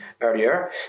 earlier